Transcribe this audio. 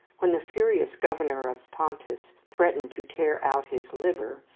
when the furious governor of pontus threatened to tear out his liver,